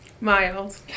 Mild